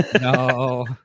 No